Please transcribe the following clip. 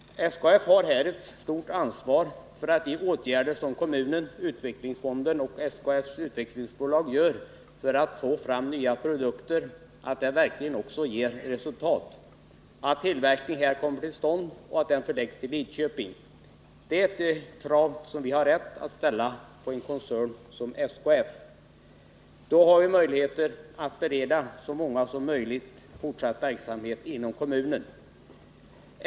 SKF har ett stort ansvar för att de åtgärder som kommunen, utvecklingsfonden och SKF:s utvecklingsbolag vidtar för att få fram nya produkter verkligen också ger resultat, att tillverkning kommer till stånd och att den förläggs till Lidköping. Det är ett krav som vi har rätt att ställa på en koncern som SKF. Vad det gäller är ju en möjlighet att bereda så många som möjligt fortsatt verksamhet inom kommunen.